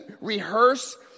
rehearse